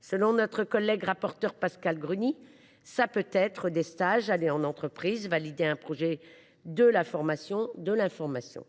Selon notre collègue rapporteure, Pascale Gruny, « ça peut être des stages, aller en entreprise, valider un projet, de la formation, de l’information ».